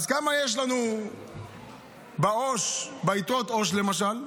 אז כמה יש לנו ביתרות עו"ש, למשל?